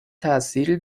تاثیری